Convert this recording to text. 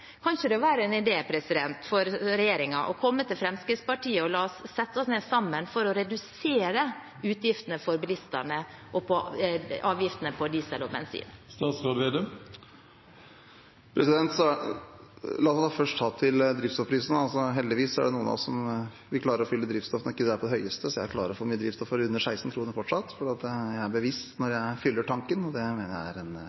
det ikke være en idé for regjeringen å komme til Fremskrittspartiet – la oss sette oss ned sammen for å redusere utgiftene for bilistene og avgiftene på diesel og bensin? La meg først ta drivstoffprisene: Heldigvis er det noen av oss som klarer å fylle drivstoff når prisene ikke er på det høyeste. Jeg klarer å få mye drivstoff under 16 kr fortsatt, for jeg er bevisst når jeg fyller tanken. Det mener jeg er et godt råd til alle, at en